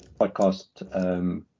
podcast